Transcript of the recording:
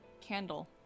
candle